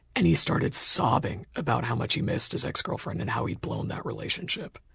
and he started sobbing about how much he missed his ex-girlfriend and how he'd blown that relationship.